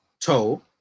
toe